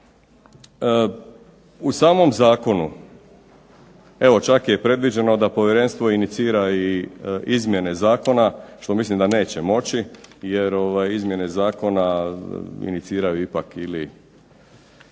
u samom zakonu, evo čak je predviđeno da povjerenstvo inicira i izmijene zakona što mislim da neće moći jer izmijene zakona iniciraju ipak ili